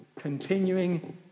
Continuing